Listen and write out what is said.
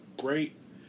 great